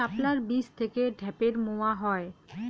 শাপলার বীজ থেকে ঢ্যাপের মোয়া হয়?